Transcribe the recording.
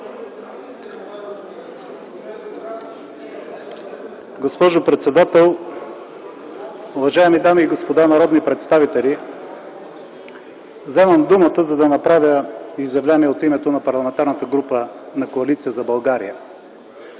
Госпожо председател, уважаеми дами и господа народни представители! Вземам думата, за да направя изявление от името на Парламентарната група на Коалиция за България